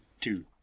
Two